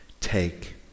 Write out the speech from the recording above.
take